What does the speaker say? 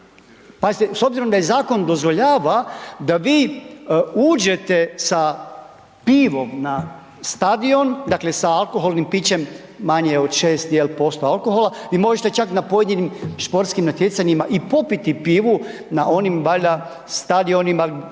s obzirom da i zakon dozvoljava da bi uđete sa pivom na stadion, dakle sa alkoholnim pićem manje od 6, je li posto alkohola i možete čak na pojedinim športskim natjecanjima i popiti pivu na onim valjda stadionima